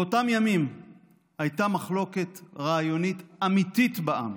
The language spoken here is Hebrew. באותם ימים הייתה מחלוקת רעיונית אמיתית בעם.